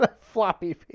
floppy